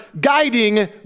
guiding